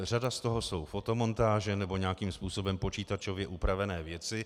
Řada z toho jsou fotomontáže nebo nějakým způsobem počítačově upravené věci.